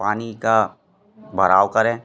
पानी का भराव करें